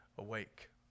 awake